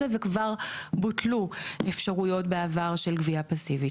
וכבר בוטלו אפשרויות בעבר של גבייה פסיבית.